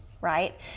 right